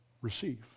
receive